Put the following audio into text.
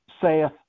saith